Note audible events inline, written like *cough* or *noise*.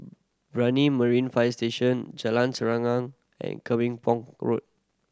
Brani Marine Fire Station Jalan Serengam and *unintelligible* Pong Road